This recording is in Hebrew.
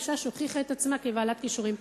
אשה שהוכיחה את עצמה כבעלת כישורים.